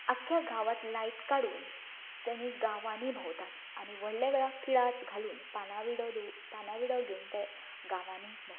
आखख्या गांवांत लायट काडून तेमी गांवांनी भोंवतात आनी व्हडले व्हडले किंळाच घालून पाना विडो पाना धरून विडो घेवून ते गांवांनी भोंवतात